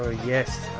ah yes.